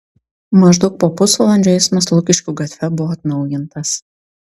maždaug po pusvalandžio eismas lukiškių gatve buvo atnaujintas